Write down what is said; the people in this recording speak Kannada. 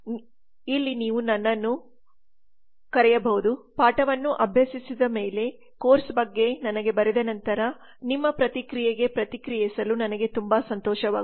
ಅಲ್ಲಿ ನೀವು ನನ್ನನ್ನು ಕರೆಯಬಹುದು ಪಾಠವನ್ನು ಅಭ್ಯಸಿಸಿದ ಮೇಲೆ ಕೋರ್ಸ್ ಬಗ್ಗೆ ನನಗೆ ಬರೆದ ನಂತರ ನಿಮ್ಮ ಪ್ರತಿಕ್ರಿಯೆಗೆ ಪ್ರತಿಕ್ರಿಯಿಸಲು ನನಗೆ ತುಂಬಾ ಸಂತೋಷವಾಗುತ್ತದೆ